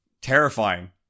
terrifying